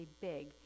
big